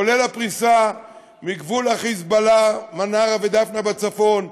כולל הפריסה מגבול ה"חיזבאללה" מנרה ודפנה בצפון,